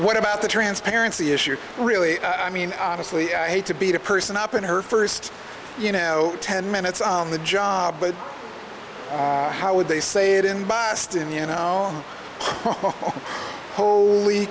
what about the transparency issue really i mean honestly i hate to beat a person up in her first you know ten minutes on the job but how would they say it in boston you know holy